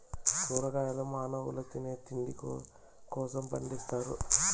కూరగాయలు మానవుల తినే తిండి కోసం పండిత్తారు